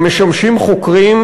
והם משמשים חוקרים,